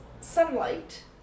sunlight